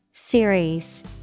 Series